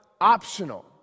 optional